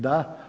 Da.